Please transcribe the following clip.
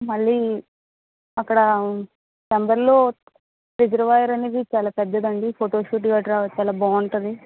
మళ్ళీ అక్కడ సంబర లో రిసర్వాయిర్ అనేది చాలా పెద్దదండి ఫోటో ఘాట్ గట్రా చాలా బాగుంటుంది